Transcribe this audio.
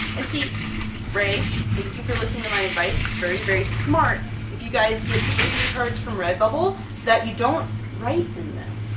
and see rae, thank you for listening to my advice! it's very very smart if you guys get the greeting cards from redbubble, that you don't write in them!